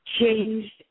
changed